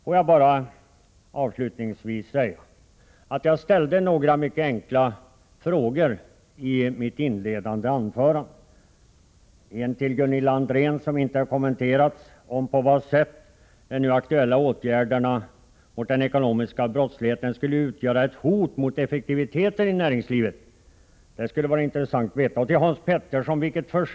Låt mig bara avslutningsvis säga att jag ställde några mycket enkla frågor i mitt inledande anförande, en till Gunilla André som inte har kommenterats — om på vad sätt de nu aktuella åtgärderna mot den ekonomiska brottsligheten skulle utgöra ett hot mot effektiviteten i näringslivet. Det skulle vara intressant att få veta. Jag ställde en annan fråga till Hans Petersson i Röstånga.